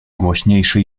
głośniejszy